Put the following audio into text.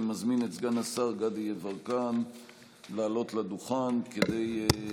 אני מזמין את סגן השר גדי יברקן לעלות לדוכן להשיב